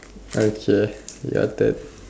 okay your turn